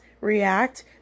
react